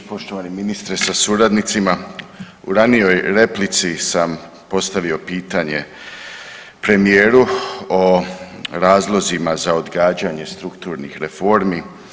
Poštovani ministre sa suradnicima, u ranijoj replici sam postavio pitanje premijeru o razlozima za odgađanje strukturnih reformi.